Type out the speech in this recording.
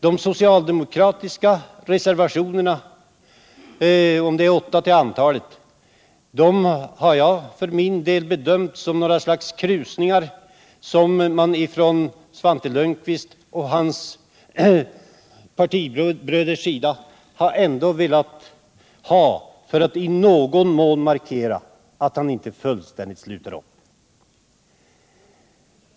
De åtta socialdemokratiska reservationerna har jag för min del bedömt som ett slags krusningar på ytan för att i någon mån markera att Svante Lundkvist och hans partibröder inte fullständigt sluter upp bakom utskottets förslag.